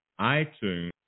iTunes